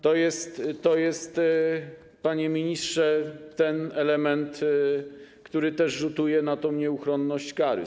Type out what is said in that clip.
To jest, panie ministrze, ten element, który też rzutuje na nieuchronność kary.